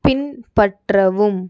பின்பற்றவும்